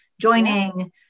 joining